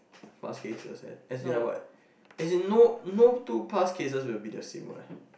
past cases eh as in like what as in no no two past cases will be the same what